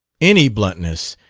any bluntness,